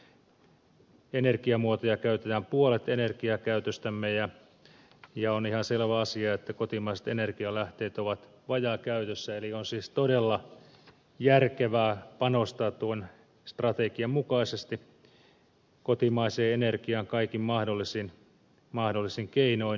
fossiilisia energiamuotoja käytetään puolet energiakäytöstämme ja on ihan selvä asia että kotimaiset energialähteet ovat vajaakäytössä eli on siis todella järkevää panostaa tuon strategian mukaisesti kotimaiseen energiaan kaikin mahdollisin keinoin